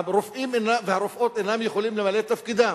והרופאים והרופאות אינם יכולים למלא את תפקידם,